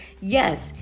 yes